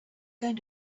going